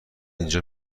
اینجا